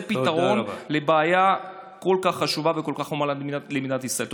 פתרון לבעיה כל כך חשובה וכל כך חמורה למדינת ישראל.